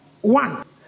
One